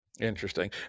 Interesting